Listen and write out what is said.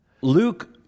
Luke